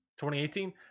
2018